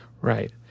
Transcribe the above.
Right